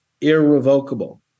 irrevocable